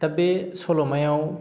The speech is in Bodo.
दा बे सल'मायाव